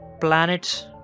planets